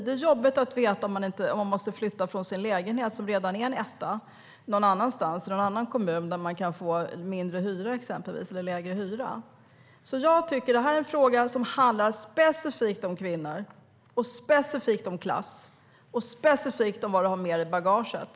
Det är jobbigt att veta att man måste flytta från sin lägenhet, som redan är en etta, till en annan kommun där man kan få lägre hyra exempelvis. Det här är en fråga som handlar specifikt om kvinnor, specifikt om klass och specifikt om vad man har med i bagaget.